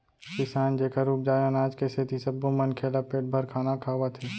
किसान जेखर उपजाए अनाज के सेती सब्बो मनखे ल पेट भर खाना खावत हे